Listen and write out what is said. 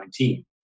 2019